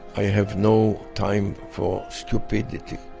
i have no time for stupidity.